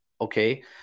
Okay